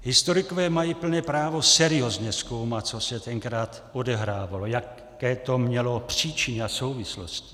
Historikové mají plné právo seriózně zkoumat, co se tenkrát odehrávalo, jaké to mělo příčiny a souvislosti.